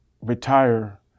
retire